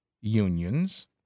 unions